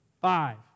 Five